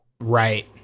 Right